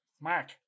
Mark